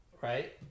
right